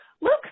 Look